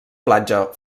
platja